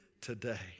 today